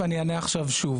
ואני אענה עכשיו שוב.